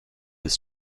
his